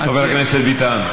חבר הכנסת ביטן.